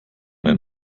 den